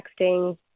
texting